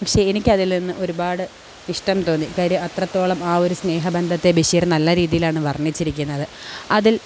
പക്ഷേ എനിക്കതിൽ നിന്ന് ഒരുപാട് ഇഷ്ടം തോന്നി കാര്യം അത്രത്തോളം ആ ഒരു സ്നേഹബന്ധത്തെ ബഷീർ നല്ല രീതിയിലാണ് വർണ്ണിച്ചിരിക്കുന്നത് അതിൽ